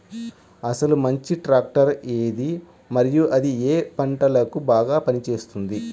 అసలు మంచి ట్రాక్టర్ ఏది మరియు అది ఏ ఏ పంటలకు బాగా పని చేస్తుంది?